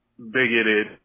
bigoted